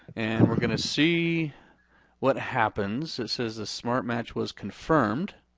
and we're gonna see what happens. it says the smart match was confirmed.